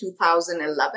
2011